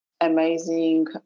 amazing